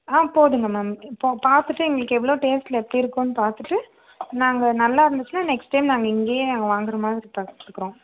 ஆ போடுங்க மேம் இப்போ பார்த்துட்டு எங்களுக்கு எவ்வளோ டேஸ்ட்சில் எப்படி இருக்கும்னு பார்த்துட்டு நாங்கள் நல்லா இருந்துச்சுன்னா நெக்ஸ்ட் டைம் நாங்கள் இங்கேயே நாங்கள் வாங்குகிற மாதிரி பார்த்துக்குறோம்